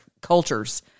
cultures